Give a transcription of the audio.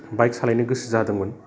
bike सालायनो गोसो जाहोदोंमोन